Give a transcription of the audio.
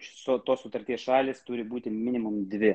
su tuo sutarties šalys turi būti minimum dvi